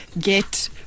get